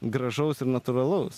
gražaus ir natūralaus